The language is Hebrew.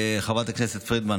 חברת הכנסת פרידמן,